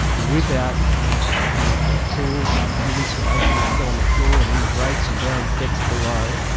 rip out with tools, the insulation which fell on the floor and in the grates and down decks below,